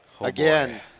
Again